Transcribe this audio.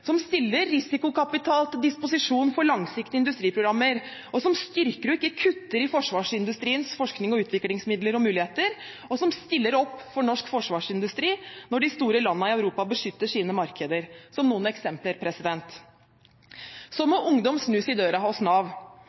som stiller risikokapital til disposisjon for langsiktige industriprogrammer, som styrker og ikke kutter i forsvarsindustriens forsknings- og utviklingsmidler og -muligheter, og som stiller opp for norsk forsvarsindustri når de store landene i Europa beskytter sine markeder – som noen eksempler. Så må ungdom snus i døra hos Nav.